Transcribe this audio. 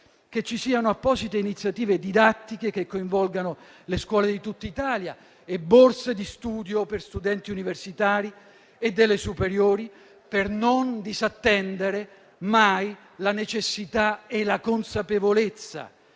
che ci siano apposite iniziative didattiche che coinvolgano le scuole di tutta Italia e borse di studio per studenti universitari e delle scuole superiori, per non disattendere mai la necessità della consapevolezza